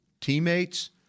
teammates